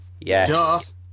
Yes